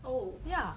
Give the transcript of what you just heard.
oh